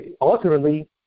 ultimately